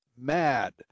mad